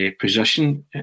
Position